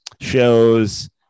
shows